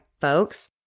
folks